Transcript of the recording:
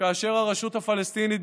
כאשר הרשות הפלסטינית,